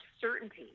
certainty